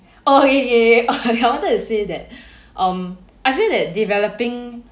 oh yeah yeah yeah I wanted to say that um I feel that developing